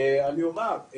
ואני אומר,